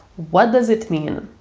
what does it mean?